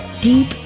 deep